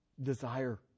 Desire